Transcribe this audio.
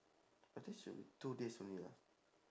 I think should be two days only lah